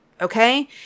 Okay